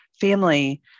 family